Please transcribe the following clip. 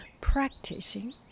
practicing